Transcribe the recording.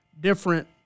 different